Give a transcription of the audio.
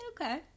Okay